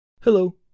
Hello